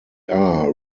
are